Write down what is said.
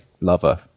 lover